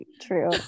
true